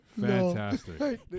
Fantastic